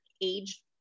age